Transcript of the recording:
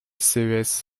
ces